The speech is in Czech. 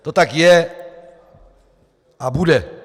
To tak je a bude.